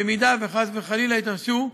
אם חס וחלילה יתרחשו,